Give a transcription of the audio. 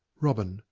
robin,